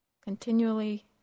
continually